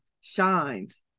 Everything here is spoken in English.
shines